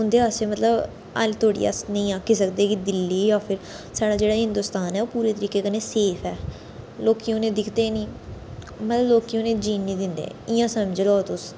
उंदे आस्तै मतलब अल्ले धोड़ी अस नेईं आक्खी सकदे कि दिल्ली जां फिर साढ़ा जेह्ड़ा हिंदोस्तान ऐ ओह् पूरे तरीके कन्नै सेफ ऐ लोकी उनें दिखदे नी मतलब लोकी उनेंगी जीन नी दिंदे इ'यां समझी लैओ तुस